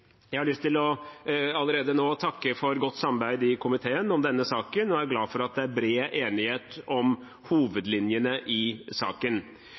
Jeg har lyst til allerede nå å takke for godt samarbeid i komiteen om denne saken og er glad for at det er bred enighet om hovedlinjene. Avtalen vedtas etter protokoll 31 i